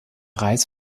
reis